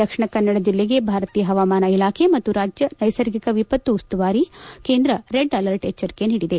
ದಕ್ಷಿಣ ಕನ್ನಡ ಜಿಲ್ಲೆಗೆ ಭಾರತೀಯ ಹವಾಮಾನ ಇಲಾಖೆ ಮತ್ತು ರಾಜ್ಯ ನೈಸರ್ಗಿಕ ವಿಪತ್ತು ಉಸ್ತುವಾರಿ ಕೇಂದ್ರ ರೆಡ್ ಅಲರ್ಟ್ ಎಚ್ಚರಿಕೆ ನೀಡಿದೆ